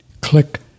click